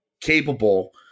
capable